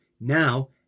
now